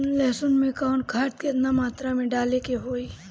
लहसुन में कवन खाद केतना मात्रा में डाले के होई?